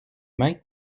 mains